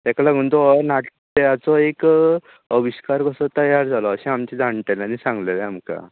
तेका लागून तो नाट्याचो एक अविश्कार कसो तयार जालो अशे आमचे जाण्टेल्यांनी सांगलेलें आमकां